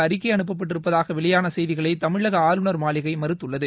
அறிக்கை அனுப்பப்பட்டிருப்பதாக வெளியான செய்திகளை தமிழக ஆளுநர் மாளிகை மறுத்துள்ளது